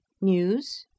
News